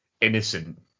innocent